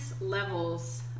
levels